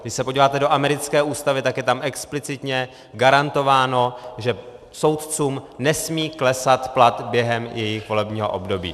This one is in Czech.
Když se podíváte do americké ústavy, tak je tam explicitně garantováno, že soudcům nesmí klesat plat během jejich volebního období.